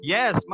Yes